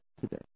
today